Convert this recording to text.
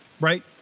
right